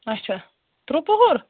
اچھا ترٛوٚ پُہُر